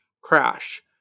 crash